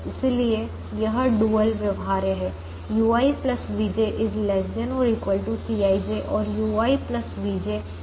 इसलिए यह डुअल व्यवहार्य है ui vj ≤ Cij और ui vj अप्रतिबंधित हैं